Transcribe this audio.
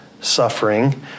suffering